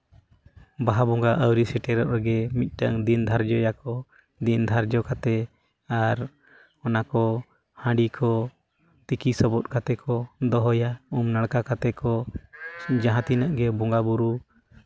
ᱵᱟᱦᱟ ᱵᱚᱸᱜᱟ ᱟᱹᱣᱨᱤ ᱥᱮᱴᱮᱨᱚᱜ ᱨᱮᱜᱮ ᱢᱤᱫᱴᱟᱝ ᱫᱤᱱ ᱫᱷᱟᱨᱡᱚᱭᱟᱠᱚ ᱫᱤᱱ ᱫᱷᱟᱨᱡᱚ ᱠᱟᱛᱮ ᱟᱨ ᱚᱱᱟ ᱠᱚ ᱦᱟᱺᱰᱤ ᱠᱚ ᱛᱤᱠᱤ ᱥᱚᱵᱚᱫ ᱠᱟᱛᱮ ᱠᱚ ᱫᱚᱦᱚᱭᱟ ᱩᱢ ᱱᱟᱲᱠᱟ ᱠᱟᱛᱮ ᱠᱚ ᱡᱟᱦᱟᱸ ᱛᱤᱱᱟᱹᱜ ᱜᱮ ᱵᱚᱸᱜᱟᱼᱵᱳᱨᱳ